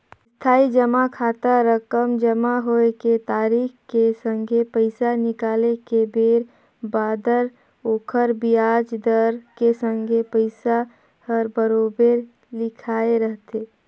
इस्थाई जमा खाता रकम जमा होए के तारिख के संघे पैसा निकाले के बेर बादर ओखर बियाज दर के संघे पइसा हर बराबेर लिखाए रथें